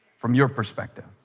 from your perspective